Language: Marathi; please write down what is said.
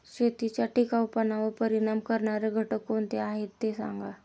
शेतीच्या टिकाऊपणावर परिणाम करणारे घटक कोणते ते सांगा